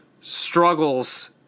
struggles